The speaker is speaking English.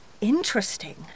interesting